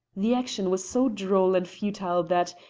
the action was so droll and futile that,